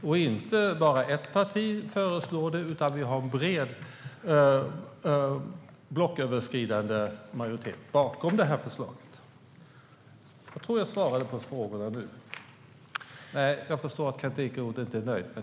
Det är inte bara ett parti som föreslår det, utan vi har en bred blocköverskridande majoritet bakom förslaget. Jag tror att jag svarade på frågorna. Men jag ser på Kent Ekeroth att han inte är nöjd.